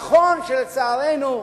נכון שלצערנו,